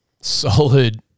solid